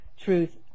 truth